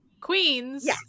Queens